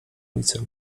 ulicę